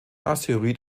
asteroid